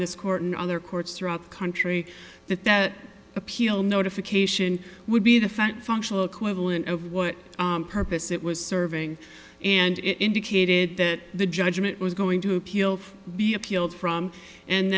this court and other the courts throughout the country that that appeal notification would be the fact functional equivalent of what purpose it was serving and it indicated that the judgment was going to appeal be appealed from and